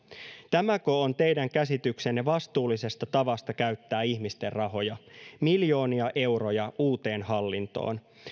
tämäkö on teidän käsityksenne vastuullisesta tavasta käyttää ihmisten rahoja miljoonia euroja uuteen hallintoon